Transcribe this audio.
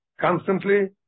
constantly